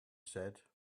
said